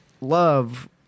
love